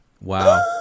Wow